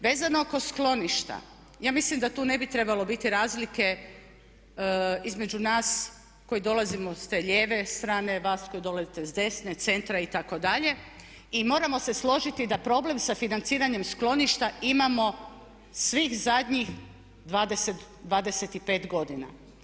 Vezano oko skloništa, ja mislim da tu ne bi trebalo biti razlike između nas koji dolazimo s te lijeve strane, vas koji dolazite s desne, centra itd. i moramo se složiti da problem sa financiranjem skloništa imamo svih zadnjih 20, 25 godina.